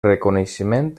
reconeixement